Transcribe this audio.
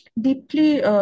deeply